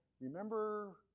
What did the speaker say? remember